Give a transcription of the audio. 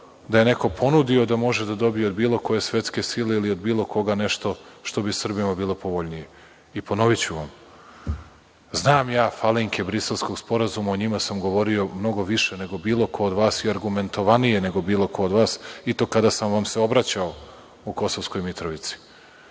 da je neko ponudio da može da dobije od bilo koje svetske sile ili od bilo koga nešto što bi Srbima bilo povoljnije. Ponoviću vam, znam ja falinke Briselskog sporazuma, o njima sam govorio mnogo više nego bilo ko od vas i argumentovanije nego bilo ko od vas, i to kada sam vam se obraća u Kosovskoj Mitrovici.